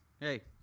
hey